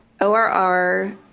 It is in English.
ORR